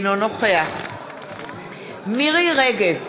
אינו נוכח מירי רגב,